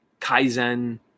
kaizen